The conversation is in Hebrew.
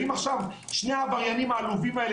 אם עכשיו שני העבריינים העלובים האלה,